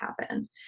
happen